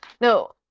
No